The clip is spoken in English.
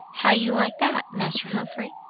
how you like that, master humphrey?